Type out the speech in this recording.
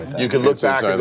you can look back and